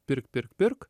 pirk pirk pirk